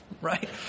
right